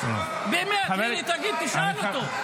באמת, תשאל אותו.